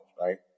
right